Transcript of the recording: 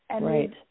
Right